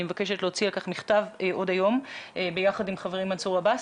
אני מבקשת להוציא על כך מכתב עוד היום ביחד עם חברי מנסור עבאס,